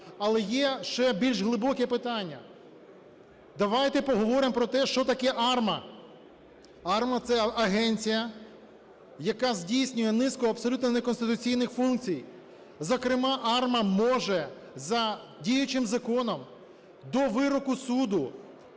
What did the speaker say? Але є ще більш глибоке питання. давайте поговоримо про те, що таке АРМА. АРМА – це агенція, яка здійснює низку абсолютно неконституційних функцій, зокрема АРМА може за діючим законом до вироку суду,